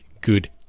good